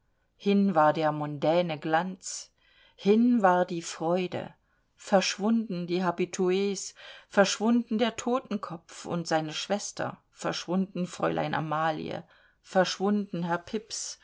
hin war der mondäne glanz hin war die freude verschwunden die habitus verschwunden der totenkopf und seine schwester verschwunden fräulein amalie verschwunden herr pips